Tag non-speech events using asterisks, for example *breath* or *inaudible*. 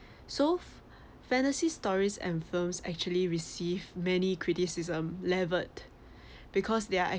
so fantasy stories and films actually received many criticism leveled *breath* because they are